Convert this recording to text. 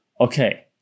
okay